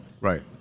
Right